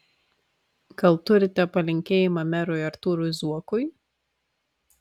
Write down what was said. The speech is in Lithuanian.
gal turite palinkėjimą merui artūrui zuokui